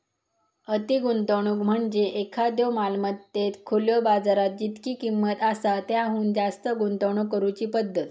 अति गुंतवणूक म्हणजे एखाद्यो मालमत्तेत खुल्यो बाजारात जितकी किंमत आसा त्याहुन जास्त गुंतवणूक करुची पद्धत